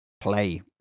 play